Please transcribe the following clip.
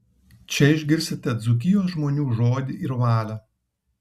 čia išgirsite dzūkijos žmonių žodį ir valią